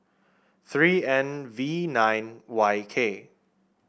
three N V nine Y K